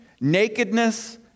nakedness